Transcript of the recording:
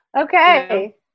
okay